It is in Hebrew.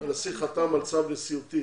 הנשיא חתם על צו נשיאותי